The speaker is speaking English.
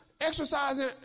exercising